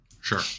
Sure